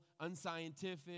unscientific